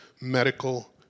medical